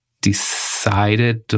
decided